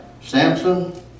Samson